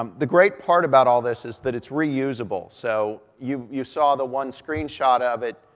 um the great part about all this is that it's reusable, so you you saw the one screen shot of it,